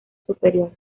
superior